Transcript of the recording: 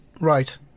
Right